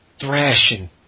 thrashing